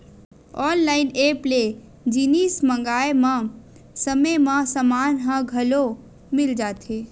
online app ले जिनिस मंगाए म समे म समान ह घलो मिल जाथे